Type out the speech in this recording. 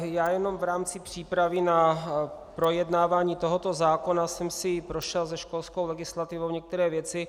Já jenom v rámci přípravy na projednávání tohoto zákona jsem si prošel se školskou legislativou některé věci.